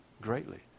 greatly